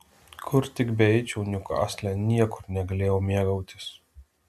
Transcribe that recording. kur tik beeičiau niukasle niekur negalėjau mėgautis